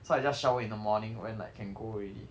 so I just shower in the morning when like can go already